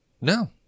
No